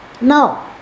Now